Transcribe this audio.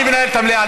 אני מנהל את המליאה.